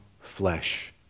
flesh